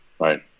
right